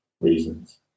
reasons